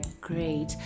Great